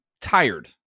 tired